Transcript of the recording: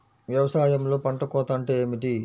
వ్యవసాయంలో పంట కోత అంటే ఏమిటి?